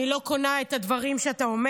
אני לא קונה את הדברים שאתה אומר.